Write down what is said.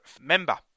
member